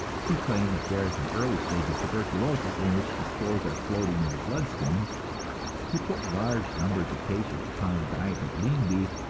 he claimed that there is an early stage of tuberculosis, in which the spores are floating in the blood stream he put large numbers of patients upon a diet of lean beef,